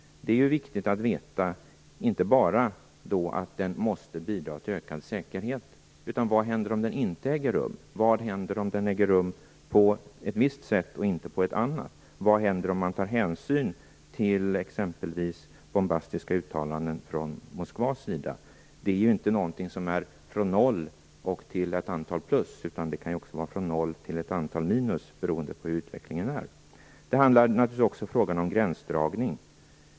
Det är viktigt att inte bara veta att den måste bidra till ökad säkerhet, utan också att veta vad som händer om den inte äger rum. Vad händer om den äger rum på ett visst sätt, och inte på ett annat? Vad händer om man tar hänsyn till exempelvis bombastiska uttalanden från Moskva? Detta är ingenting som går från noll till ett antal plus. Det kan också gå från noll till ett antal minus, beroende på utvecklingen. Det handlar naturligtvis också om frågan om gränsdragning.